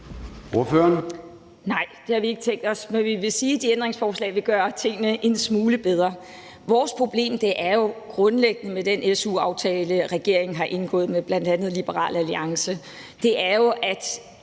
Nej, det har vi ikke tænkt os, men vi vil sige, at de ændringsforslag vil gøre tingene en smule bedre. Vores problem med den su-aftale, regeringen har indgået med bl.a. Liberal Alliance, er jo